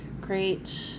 great